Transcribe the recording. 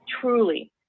truly